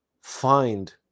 find